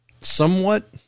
somewhat